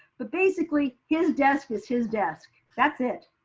but basically his desk is his desk. that's it.